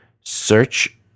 search